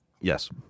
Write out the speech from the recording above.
Yes